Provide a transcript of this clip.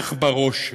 איך שבראש שלו.